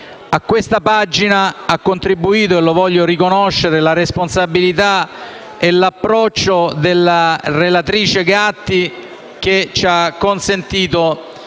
a questa pagina ha contribuito - lo voglio riconoscere - la responsabilità e l'approccio della relatrice Gatti, che ci ha consentito